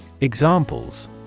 Examples